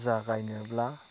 जागायनोब्ला